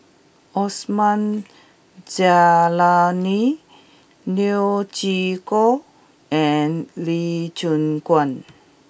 Osman Zailani Neo Chwee Kok and Lee Choon Guan